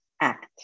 act